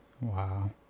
Wow